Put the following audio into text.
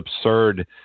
absurd